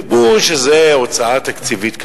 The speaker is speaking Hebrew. אמרו שזו הוצאה תקציבית קשה,